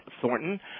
Thornton